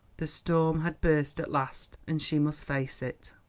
the storm had burst at last, and she must face it.